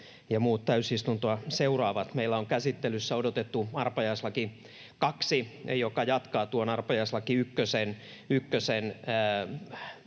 muut täysistuntoa seuraavat! Meillä on käsittelyssä odotettu arpajaislaki 2, joka jatkaa tuon arpajaislaki